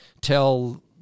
tell